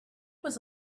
was